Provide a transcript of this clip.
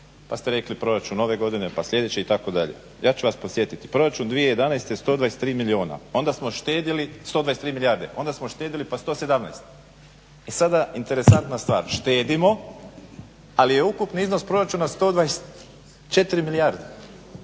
pa ste rekli proračun ove godine pa sljedeće itd. Ja ću vas podsjetiti, proračun 2011. 123 milijuna, onda smo štedili, 123 milijardi, onda smo štedili pa 117, a sada interesantna stvar štedimo ali je ukupni iznos proračuna 124 milijarde.